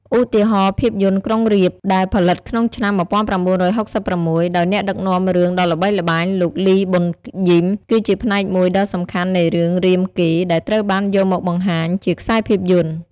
ឧទាហរណ៍ ភាពយន្ត "ក្រុងរាពណ៍" ដែលផលិតក្នុងឆ្នាំ ១៩៦៦ ដោយអ្នកដឹកនាំរឿងដ៏ល្បីល្បាញ លោក លី ប៊ុនយីម គឺជាផ្នែកមួយដ៏សំខាន់នៃរឿងរាមកេរ្តិ៍ដែលត្រូវបានយកមកបង្ហាញជាខ្សែភាពយន្ត។